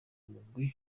migwi